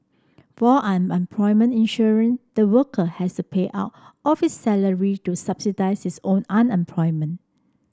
for unemployment insurance the worker has to pay out of his salary to subsidise his own unemployment